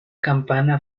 campaña